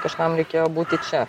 kažkam reikėjo būti čia